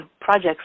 projects